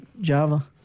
Java